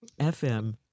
FM